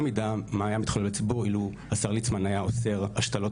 המידה מה היה מתחולל בציבור אילו השר ליצמן היה אוסר השתלות